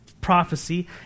prophecy